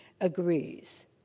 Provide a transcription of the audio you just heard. agrees